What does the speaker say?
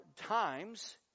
times